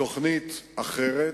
תוכנית אחרת